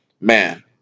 man